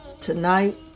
Tonight